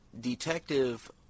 Detective